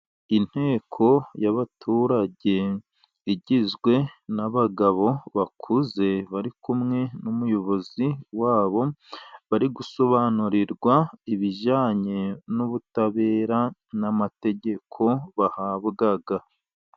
Inteko y'abaturage igizwe n'abagabo bakuze, bari kumwe n'umuyobozi wabo, bari gusobanurirwa ibijyanye nubutabera n'amategeko bahabwa.